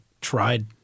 tried